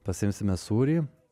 pasiimsime sūrį